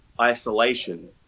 isolation